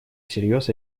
всерьез